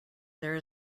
there